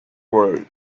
world